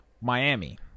Miami